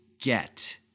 get